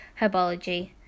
Herbology